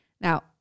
now